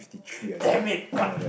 damn it god